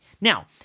Now